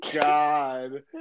god